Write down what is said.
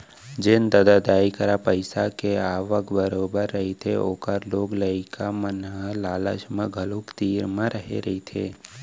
जेन ददा दाई करा पइसा के आवक बरोबर रहिथे ओखर लोग लइका मन ह लालच म घलोक तीर म रेहे रहिथे